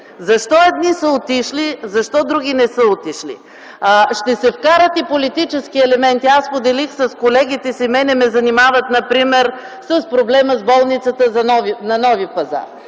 Защо – едни са отишли, защо – други не отишли? Ще се вкарат и политически елементи. Аз споделих с колегите си: мен ме занимават например с проблема с болницата на Нови пазар